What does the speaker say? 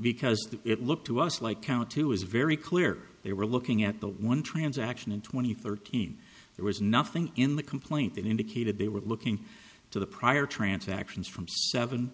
because it looked to us like count two is very clear they were looking at the one transaction in two thousand and thirteen there was nothing in the complaint that indicated they were looking to the prior transactions from seven